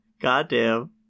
goddamn